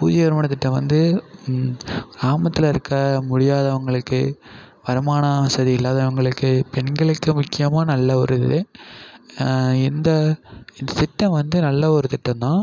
புதிய வருமானத்திட்டம் வந்து கிராமத்தில் இருக்கற முடியாதவங்களுக்கு வருமானம் சரியில்லாதவங்களுக்கு பெண்களுக்கு முக்கியமாக நல்ல ஒரு இது எந்த திட்டம் வந்து நல்ல ஒரு திட்டந்தான்